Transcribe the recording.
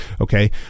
Okay